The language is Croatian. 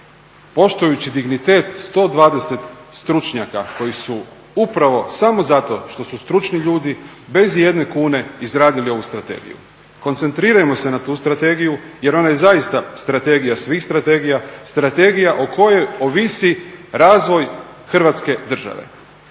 Poštujući dignitet 120 stručnjaka koji su upravo samo zato što su stručni ljudi bez ijedne kune izradili ovu strategiju. Koncentrirajmo se na ovu strategiju jer ona je zaista strategija svih strategija, strategija o kojoj ovisi razvoj Hrvatske države.